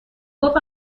گفت